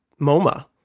MoMA